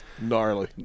Gnarly